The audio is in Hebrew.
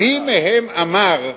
מי מהם אמר,